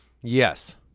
Yes